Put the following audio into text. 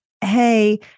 hey